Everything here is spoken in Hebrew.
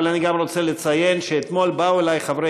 אבל אני גם רוצה לציין שאתמול באו אלי חברי